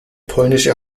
polnische